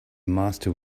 master